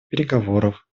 переговоров